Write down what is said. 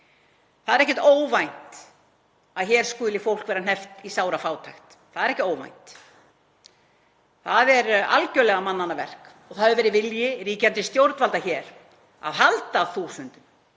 Það er ekkert óvænt að hér skuli fólk vera hneppt í sárafátækt. Það er ekki óvænt. Það er algerlega mannanna verk. Það hefur verið vilji ríkjandi stjórnvalda hér að halda þúsundum